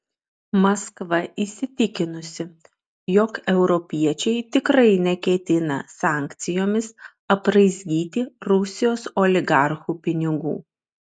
maskva įsitikinusi jog europiečiai tikrai neketina sankcijomis apraizgyti rusijos oligarchų pinigų